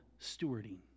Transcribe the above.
stewarding